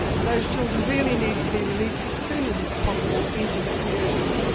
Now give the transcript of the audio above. and those children really need to be released as soon as is possible into the community.